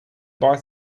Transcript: buy